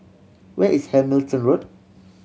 where is Hamilton Road